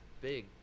big